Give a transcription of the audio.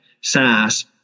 SaaS